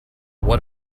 what